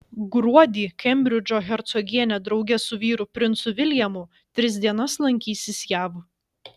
gruodį kembridžo hercogienė drauge su vyru princu viljamu tris dienas lankysis jav